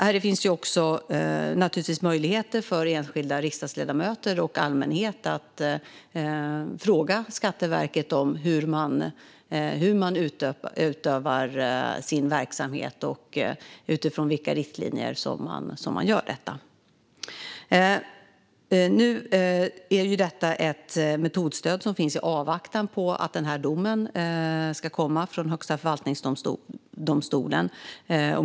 Det finns naturligtvis också möjligheter för enskilda riksdagsledamöter och allmänhet att fråga Skatteverket om hur man utövar sin verksamhet och utifrån vilka riktlinjer. Metodstödet i fråga finns i avvaktan på att domen ska komma från Högsta förvaltningsdomstolen.